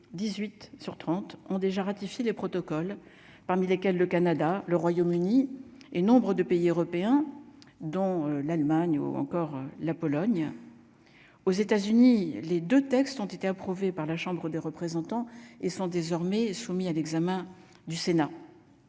18 sur 30 ont déjà ratifié le protocole, parmi lesquels le Canada, le Royaume-Uni et nombre de pays européens dont l'Allemagne ou encore la Pologne aux États-Unis les 2 textes ont été approuvé par la Chambre des représentants et sont désormais soumis à l'examen du Sénat.